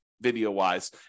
video-wise